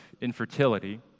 infertility